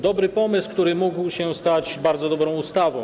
Dobry pomysł, który mógł stać się bardzo dobrą ustawą.